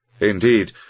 Indeed